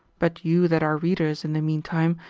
but you that are readers in the meantime,